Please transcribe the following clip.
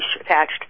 attached